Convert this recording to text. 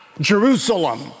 Jerusalem